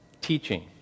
teaching